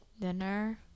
dinner